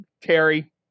Terry